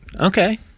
Okay